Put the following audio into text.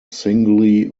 singly